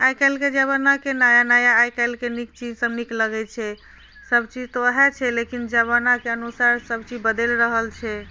आइ काल्हिके जमानाके नया नया आइ काल्हिके नीक चीजसब नीक लगै छै सब चीज तऽ वएह छै लेकिन जमानाके अनुसार सब चीज बदलि रहल छै